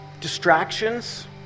distractions